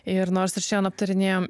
ir nors ir šiandien aptarinėjom